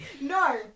No